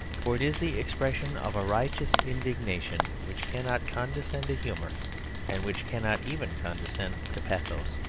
for it is the expression of a righteous indignation which cannot condescend to humour and which cannot even condescend to pathos.